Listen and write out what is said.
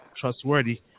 trustworthy